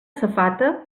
safata